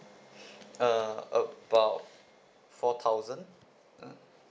uh about four thousand mm